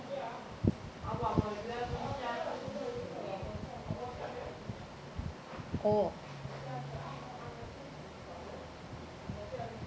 oh